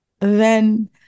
then-